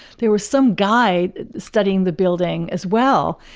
there was some guy studying the building as well.